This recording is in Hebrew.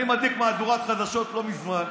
אני מדליק מהדורת חדשות לא מזמן,